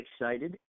excited